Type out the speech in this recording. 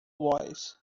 boys